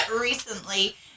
recently